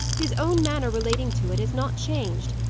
his own manner, relating to it, has not changed,